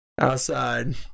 outside